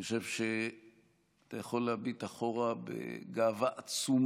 אני חושב שאתה יכול להביט אחורה בגאווה עצומה,